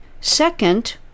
Second